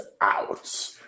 out